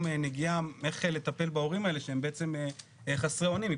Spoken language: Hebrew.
נגיעה איך לטפל בהורים האלה שהם בעצם חסרי אונים.